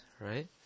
right